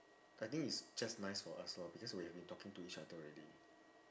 I think it's just nice for us lor because we have been talking to each other already